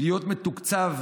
להיות מתוקצב?